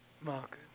Mark